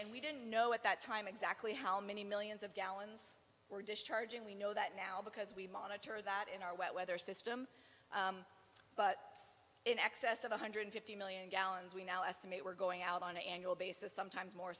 we don't know at that time exactly how many millions of gallons we're discharging we know that now because we monitor that in our wet weather system but in excess of one hundred fifty million gallons we now estimate we're going out on an annual basis